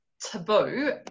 taboo